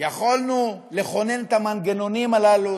יכולנו לכונן את המנגנונים הללו,